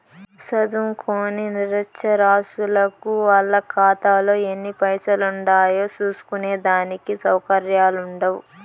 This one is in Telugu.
సదుంకోని నిరచ్చరాసులకు వాళ్ళ కాతాలో ఎన్ని పైసలుండాయో సూస్కునే దానికి సవుకర్యాలుండవ్